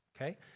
Okay